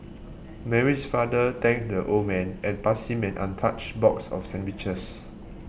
Mary's father thanked the old man and passed him an untouched box of sandwiches